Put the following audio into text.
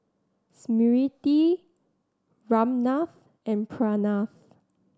Smriti Ramnath and Pranav